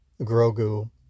Grogu